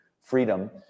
freedom